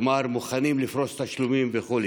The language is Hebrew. כלומר מוכנים לפרוס תשלומים וכו'.